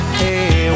hey